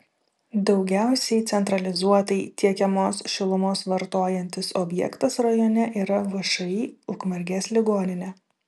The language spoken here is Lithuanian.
daugiausiai centralizuotai tiekiamos šilumos vartojantis objektas rajone yra všį ukmergės ligoninė